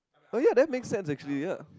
oh ya that makes sense actually ya